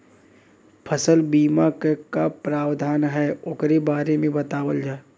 फसल बीमा क का प्रावधान हैं वोकरे बारे में बतावल जा?